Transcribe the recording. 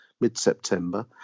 mid-September